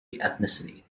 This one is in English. ethnicity